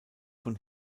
von